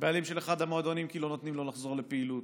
הבעלים של אחד המועדונים כי לא נותנים לו לחזור לפעילות.